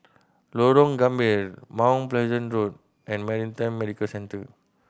Lorong Gambir Mount Pleasant Road and Maritime Medical Centre